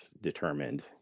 determined